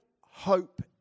hope